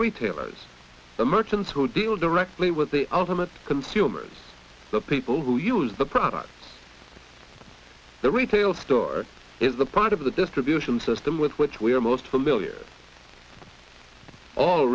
retailers merchants who deal directly with the ultimate consumers the people who use the products the retail store is the part of the distribution system with which we are most familiar